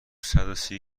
صدوسی